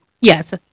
Yes